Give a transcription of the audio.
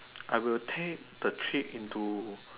I will take the trip into